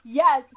yes